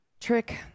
Trick